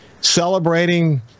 celebrating